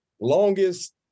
longest